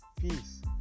peace